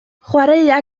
chwaraea